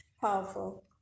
powerful